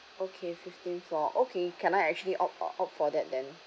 okay fifteen floor okay can I actually opt opt for that then